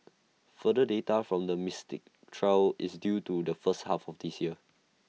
further data from the Mystic trial is due to the first half of this year